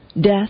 death